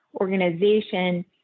organization